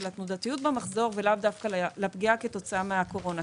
התנודתיות במחזור ולאו דווקא לפגיעה כתוצאה מן הקורונה,